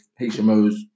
HMOs